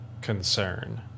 concern